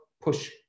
push